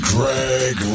Greg